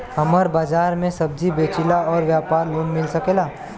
हमर बाजार मे सब्जी बेचिला और व्यापार लोन मिल सकेला?